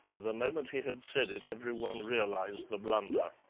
the moment he had said it every one realized the blunder.